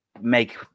Make